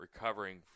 recovering –